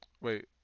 Wait